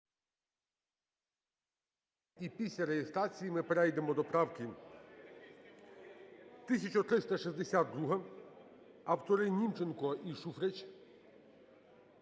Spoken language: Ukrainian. і після реєстрації ми перейдемо до правки 1362, автори – Німченко і Шуфрич.